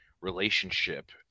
relationship